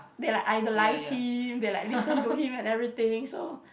they like idolise him they're like listen to him and everything so